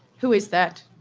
who is that?